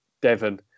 Devon